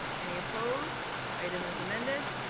any opposed? item as amended?